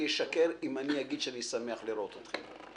אני אשקר אם אני אגיד שאני שמח לראות אתכם.